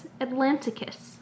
Atlanticus